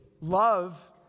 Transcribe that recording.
love